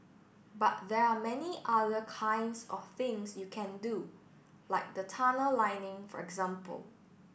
but there are many other kinds of things you can do like the tunnel lining for example